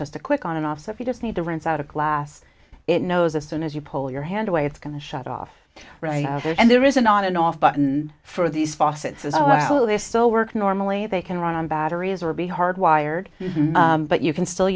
just a quick on and off so if you just need to rinse out a class it knows as soon as you pull your hand away it's going to shut off and there is an on and off button for these faucets they still work normally they can run on batteries or be hard wired but you can still